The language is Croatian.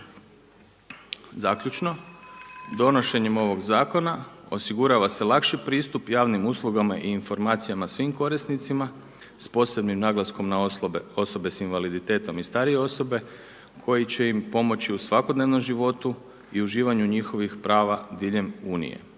Zaključno, donošenjem ovog zakona osigurava se lakši pristup javnim uslugama i informacijama svim korisnicima s posebnim naglaskom na osobe sa invaliditetom i starije osobe koji će im pomoći u svakodnevnom životu i uživanju njihovih prava diljem Unije